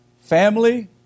family